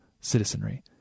citizenry